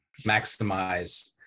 maximize